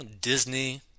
Disney